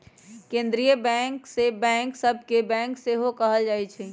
केंद्रीय बैंक के बैंक सभ के बैंक सेहो कहल जाइ छइ